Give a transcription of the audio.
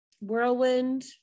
whirlwind